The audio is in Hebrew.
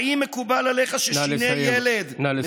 האם מקובל עליך ששיני ילד, נא לסיים.